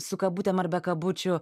su kabutėm ar be kabučių